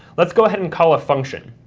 let's go ahead and call a function.